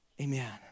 Amen